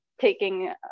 taking